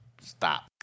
Stop